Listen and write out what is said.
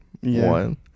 one